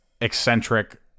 eccentric